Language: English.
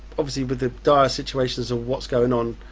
obviously with the dire situations of what's going on,